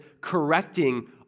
correcting